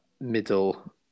middle